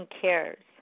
cares